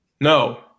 No